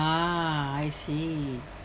ah I see